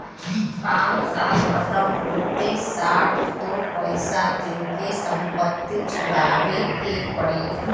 पाँच साल खतम होते साठ तो पइसा दे के संपत्ति छुड़ावे के पड़ी